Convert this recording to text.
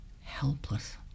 helpless